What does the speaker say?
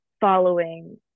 following